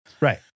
Right